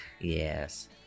Yes